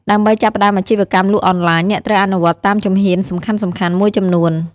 ដើម្បីចាប់ផ្ដើមអាជីវកម្មលក់អនឡាញ អ្នកត្រូវអនុវត្តតាមជំហានសំខាន់ៗមួយចំនួន។